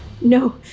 no